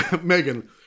Megan